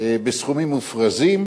בסכומים מופרזים,